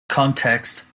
context